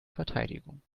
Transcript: verteidigung